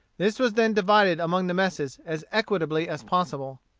this was then divided among the messes as equitably as possible.